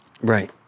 right